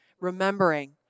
remembering